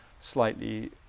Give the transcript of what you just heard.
slightly